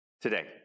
today